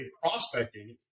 prospecting